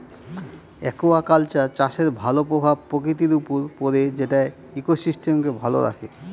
aquaculture চাষের ভালো প্রভাব প্রকৃতির উপর পড়ে যেটা ইকোসিস্টেমকে ভালো রাখে